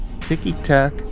ticky-tack